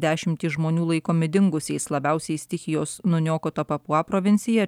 dešimtys žmonių laikomi dingusiais labiausiai stichijos nuniokota papua provincija